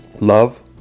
Love